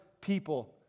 people